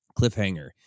cliffhanger